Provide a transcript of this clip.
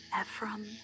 Ephraim